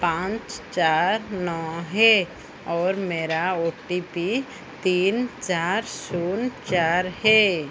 पाँच चार नौ है और मेरा ओ टी पी तीन चार शून्य चार है